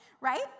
right